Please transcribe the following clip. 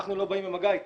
אנחנו לא באים במגע איתם,